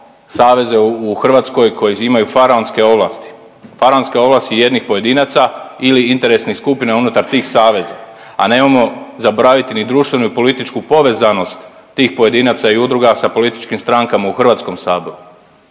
saveze u Hrvatskoj koji imaju faraonske ovlasti, faraonske ovlasti jednih pojedinaca ili interesnih skupina unutar tih saveza, a nemojmo zaboraviti ni društvenu ni političku povezanost tih pojedinaca i udruga sa političkim strankama u HS-u.